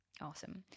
Awesome